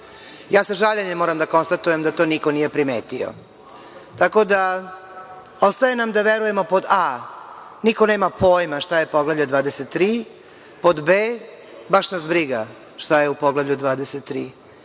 Ja sa žaljenjem moram da konstatujem da to niko nije primetio. Tako da, ostaje nam da verujemo pod A - niko nema pojma šta je Poglavlje 23, pod B - baš nas briga šta je u Poglavlju 23.